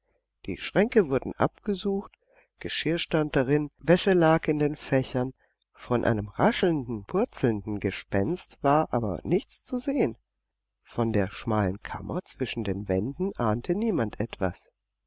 die schränke wurden abgesucht geschirr stand darin wäsche lag in den fächern von einem raschelnden purzelnden gespenst war aber nichts zu sehen von der schmalen kammer zwischen den wänden ahnte niemand etwas